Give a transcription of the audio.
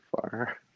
far